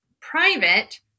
private